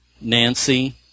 Nancy